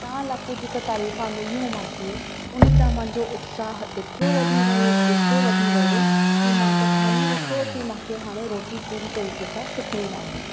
तव्हां लाकू जेका तारीफ़ा मिलियूं मूंखे उन सां मुंहिंजो उत्साह एतिरो वधी वियो एतिरो वधी वियो कि मां त ठाने वरितो कि मूंखे हाणे रोटी पूरी तरीक़े सां सिखणी आहे